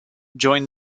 join